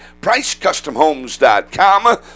PriceCustomHomes.com